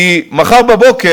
כי מחר בבוקר,